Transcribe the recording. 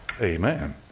Amen